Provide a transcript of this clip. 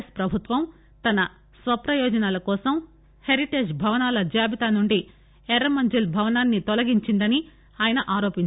yes ప్రభుత్వం తన స్వప్రయోజనాల కోసం హెరిటేజ్ భవనాల జాబితా నుండి ఎర్రమంజిల్ భవనాన్ని తొలగించిందని ఆయన ఆరోపించారు